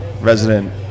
resident